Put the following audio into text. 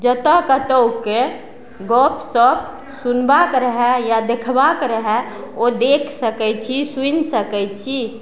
जतऽ कतहुके गप शप सुनबाक रहय या देखबाक रहय ओ देख सकय छी सुनि सकय छी